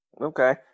okay